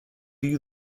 you